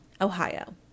Ohio